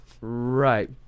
Right